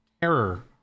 terror